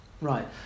Right